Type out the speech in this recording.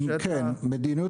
כן.